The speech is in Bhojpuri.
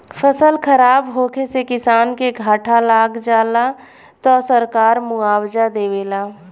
फसल खराब होखे से किसान के घाटा लाग जाला त सरकार मुआबजा देवेला